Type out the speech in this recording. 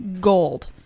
gold